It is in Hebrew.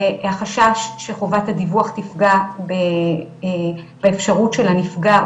החשש שחובת הדיווח תפגע באפשרות של הנפגע,